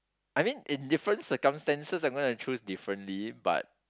I mean in different circumstances I'm gonna choose differently but